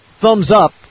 thumbs-up